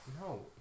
No